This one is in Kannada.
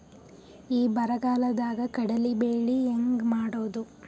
ಈ ಬರಗಾಲದಾಗ ಕಡಲಿ ಬೆಳಿ ಹೆಂಗ ಮಾಡೊದು?